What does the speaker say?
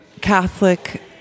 Catholic